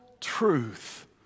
truth